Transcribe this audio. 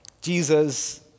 Jesus